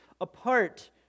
apart